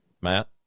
Matt